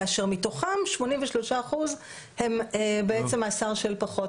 כאשר מתוכם 83 אחוז הם בעצם מאסר של פחות